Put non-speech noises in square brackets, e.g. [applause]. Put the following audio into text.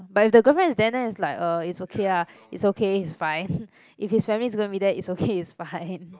but if the girlfriend is there then it's like err it's okay ah it's okay it's fine [laughs] if his family is going to be there it's okay is fine [laughs]